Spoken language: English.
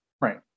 Right